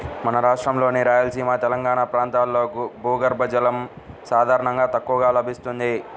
మన రాష్ట్రంలోని రాయలసీమ, తెలంగాణా ప్రాంతాల్లో భూగర్భ జలం సాధారణంగా తక్కువగా లభిస్తుంది